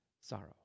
sorrow